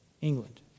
England